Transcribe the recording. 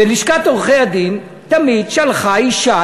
ולשכת עורכי-הדין תמיד שלחה אישה.